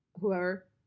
whoever